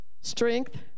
Strength